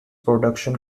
production